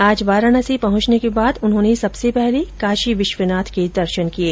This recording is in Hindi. आज वाराणसी पहंचने के बाद उन्होंने सबसे पहले काशी विश्वनाथ के दर्शन किये